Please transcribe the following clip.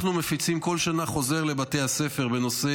אנחנו מפיצים כל שנה חוזר לבתי הספר בנושא